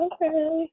Okay